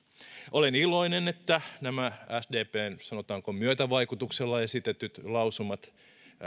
olen iloinen että nämä sdpn sanotaanko myötävaikutuksella esitetyt lausumat